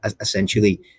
Essentially